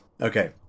Okay